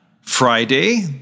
Friday